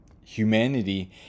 Humanity